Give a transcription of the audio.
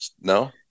No